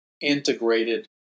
integrated